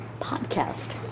podcast